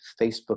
facebook